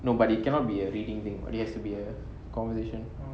no but cannot be a reading thing what it has to be a conversation